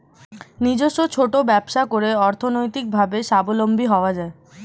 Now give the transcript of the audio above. নিজস্ব ছোট ব্যবসা করে অর্থনৈতিকভাবে স্বাবলম্বী হওয়া যায়